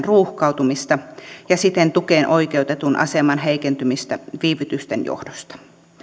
ruuhkautumista ja siten tukeen oikeutetun aseman heikentymistä viivytysten johdosta